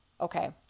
okay